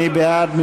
מי בעד?